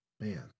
man